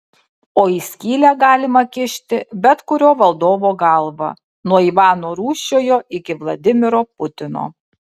o į skylę galima kišti bet kurio valdovo galvą nuo ivano rūsčiojo iki vladimiro putino